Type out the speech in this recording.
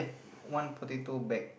one potato bag